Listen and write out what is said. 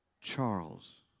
Charles